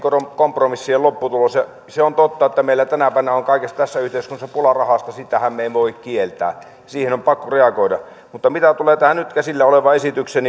kompromissien lopputulos se on totta että meillä tänä päivänä on kaikessa tässä yhteiskunnassa pula rahasta sitähän me emme voi kieltää siihen on pakko reagoida mutta mitä tulee tähän nyt käsillä olevaan esitykseen